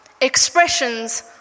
Expressions